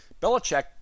Belichick